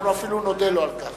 אנחנו אפילו נודה לו על כך,